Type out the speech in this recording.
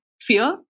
fear